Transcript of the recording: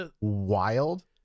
wild